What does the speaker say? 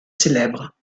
célèbres